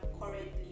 currently